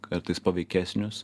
kartais paveikesnius